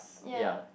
ya